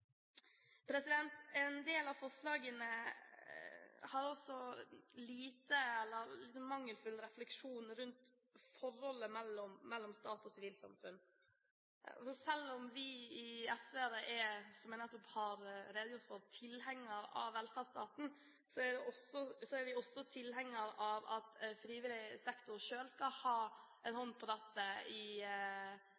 delta. En del av forslagene har også mangelfulle refleksjoner rundt forholdet mellom staten og det sivile samfunn. Selv om vi i SV, som jeg nettopp har redegjort for, er tilhengere av velferdsstaten, er vi også tilhengere av at frivillig sektor selv skal ha en